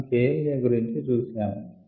మనం K L a గురించి చూశాము